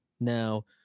Now